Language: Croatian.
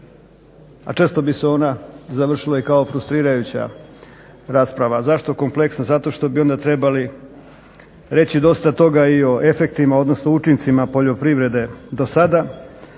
a često bi se ona završila kao frustrirajuća rasprava. Zašto kompleksna? Zato što bi onda trebali reći dosta toga i o efektima odnosno učincima poljoprivrede do sada,